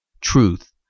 truth